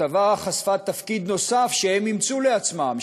הכתבה חשפה תפקיד נוסף שהם אימצו לעצמם,